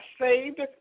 saved